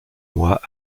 mois